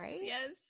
yes